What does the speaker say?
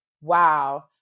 wow